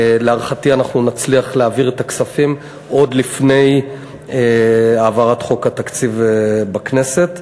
להערכתי נצליח להעביר את הכספים עוד לפני העברת חוק התקציב בכנסת.